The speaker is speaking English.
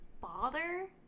bother